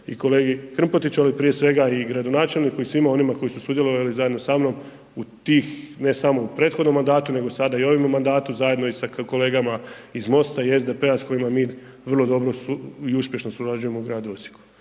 i kolegi Krmpotiću ali i prije svega i gradonačelniku i svima onima koji su sudjelovali zajedno sa mnom u tih, ne samo u prethodnom mandatu nego sada i u ovome mandatu zajedno i sa kolegama iz MOST-a i SDP-a s kojima mi vrlo i uspješno surađujemo u gradu Osijeku.